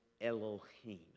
Elohim